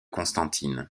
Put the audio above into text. constantine